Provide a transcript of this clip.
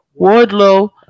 Wardlow